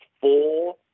four